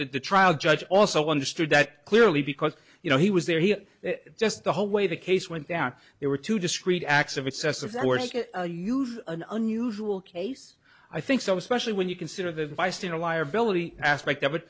the trial judge also understood that clearly because you know he was there he just the whole way the case went down they were two discrete acts of excessive force you've an unusual case i think so especially when you consider the vice in a liability aspect of it